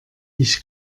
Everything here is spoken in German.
ich